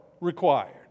required